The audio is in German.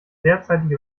derzeitige